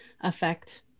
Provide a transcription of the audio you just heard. affect